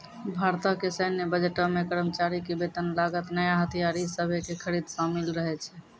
भारतो के सैन्य बजटो मे कर्मचारी के वेतन, लागत, नया हथियार इ सभे के खरीद शामिल रहै छै